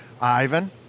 Ivan